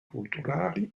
culturali